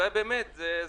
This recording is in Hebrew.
אם